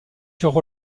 furent